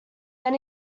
then